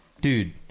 dude